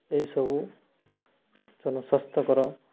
ଏହିସବୁ ଜନ ସ୍ୱାସ୍ଥ୍ୟକର